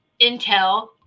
intel